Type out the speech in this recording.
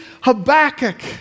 Habakkuk